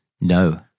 No